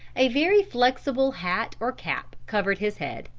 a very flexible hat or cap covered his head,